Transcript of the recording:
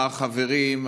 החברים,